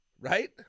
Right